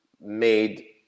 made